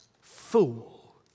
fool